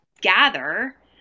gather